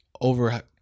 over